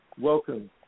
welcome